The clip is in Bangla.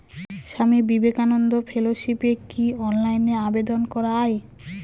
স্বামী বিবেকানন্দ ফেলোশিপে কি অনলাইনে আবেদন করা য়ায়?